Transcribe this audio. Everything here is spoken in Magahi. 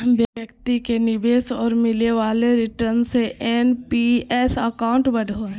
व्यक्ति के निवेश और मिले वाले रिटर्न से एन.पी.एस अकाउंट बढ़ो हइ